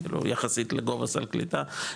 יחסית לגובה סל קליטה,